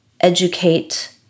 educate